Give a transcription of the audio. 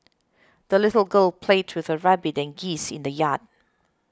the little girl played with her rabbit and geese in the yard